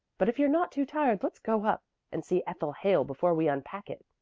but if you're not too tired let's go up and see ethel hale before we unpack it.